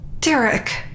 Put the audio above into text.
Derek